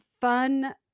fun